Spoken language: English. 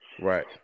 Right